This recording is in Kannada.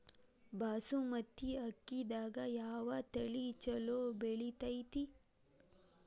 ಬಾಸುಮತಿ ಅಕ್ಕಿದಾಗ ಯಾವ ತಳಿ ಛಲೋ ಬೆಳಿತೈತಿ?